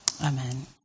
Amen